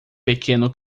pequeno